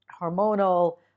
Hormonal